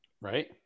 Right